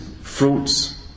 fruits